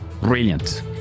Brilliant